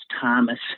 Thomas